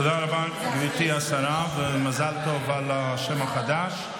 תודה רבה, גברתי השרה, ומזל טוב על השם החדש.